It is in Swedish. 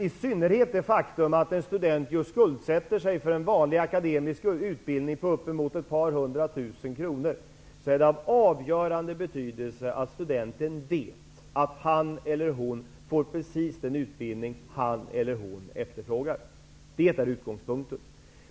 I synnerhet det faktum att en student skuldsätter sig med uppemot ett par hundratusen för en vanlig akademisk utbildning gör att det är av grundläggande betydelse att studenten vet att han eller hon får precis den utbildning han eller hon efterfrågar. Detta är utgångspunkten.